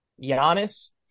Giannis